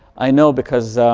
i know because